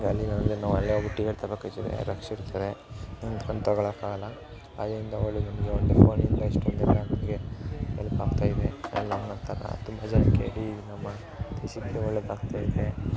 ಅಲ್ಲಿ ಆನ್ಲೈನ್ ಅಲ್ಲೇ ಹೋಗ್ಬುಟ್ ಟಿಕೆಟ್ ತಗೋಬೇಕಾಯ್ತದೆ ರಶ್ ಇರ್ತದೆ ನಿಂತ್ಕೊಂಡು ತಗೋಳೋಕಾಗಲ್ಲ ಅಲ್ಲಿಂದ ಒಳ್ಳೆಯ ಒಂದು ಫೋನ್ ಇಂದ ಎಷ್ಟೊಂದೆಲ್ಲ ನಮಗೆ ಹೆಲ್ಪ್ ಆಗ್ತಾ ಇದೆ ಎಲ್ಲ ನನ್ನ ಥರ ತುಂಬ ಜನಕ್ಕೆ ಇಡೀ ನಮ್ಮ ದೇಶಕ್ಕೆ ಒಳ್ಳೆಯದಾಗ್ತಾಯಿದೆ